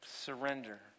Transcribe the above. Surrender